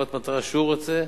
לטובת מטרה שהוא רוצה,